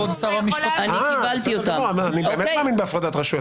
--- אני באמת מאמין בהפרדת רשויות.